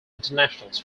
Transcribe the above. internationals